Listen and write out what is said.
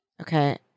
Okay